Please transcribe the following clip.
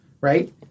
right